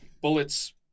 Bullets